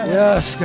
yes